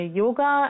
yoga